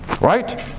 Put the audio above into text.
right